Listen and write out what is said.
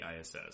ISS